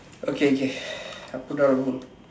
okay okay I put down the phone